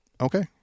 Okay